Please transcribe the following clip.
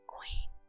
Queen